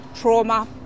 trauma